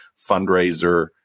fundraiser